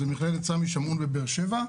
זה מכללת סמי שמעון בבאר שבע.